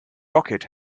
rocket